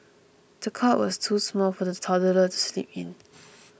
the cot was too small for the toddler to sleep in